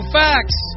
facts